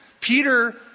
Peter